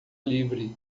livre